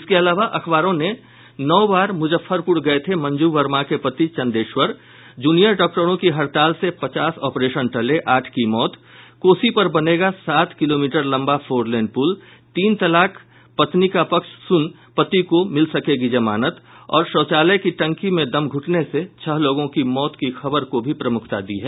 इसके अलावा अखबारों ने नौ बार मुजफ्फरपुर गये थे मंजू वर्मा के पति चंदेश्वर जूनियर डॉक्टरों की हड़ताल से पचास ऑपरेशन टले आठ की मौत कोसी पर बनेगा सात किलोमीटर लंबा फोर लेन पुल तीन तलाक पत्नी का पक्ष सुन पति को मिल सकेगी जमानत और शौचालय की टंकी में दम घुटने से छह लोगों की मौत की खबर को भी प्रमुखता दी है